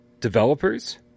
developers